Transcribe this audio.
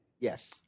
Yes